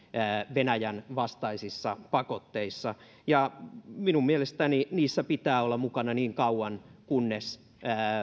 venäjän vastaisissa pakotteissa ja minun mielestäni niissä pitää olla mukana niin kauan kunnes